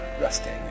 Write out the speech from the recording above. resting